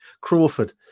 Crawford